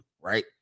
Right